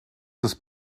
des